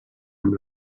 amb